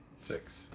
Six